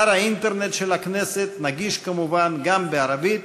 אתר האינטרנט של הכנסת נגיש כמובן גם בערבית,